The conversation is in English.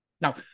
Now